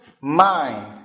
mind